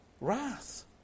wrath